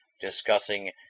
discussing